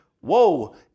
whoa